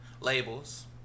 labels